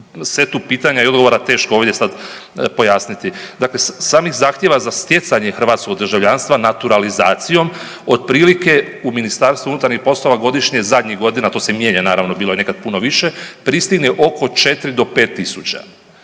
setu pitanja i odgovora teško ovdje sad pojasniti. Dakle, samih zahtjeva za stjecanje hrvatskog državljanstva naturalizacijom otprilike u MUP-u godišnje zadnjih godina, to se mijenja naravno bilo je nekad puno više, pristigne oko 4 do 5000 za